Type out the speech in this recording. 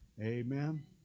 Amen